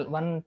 one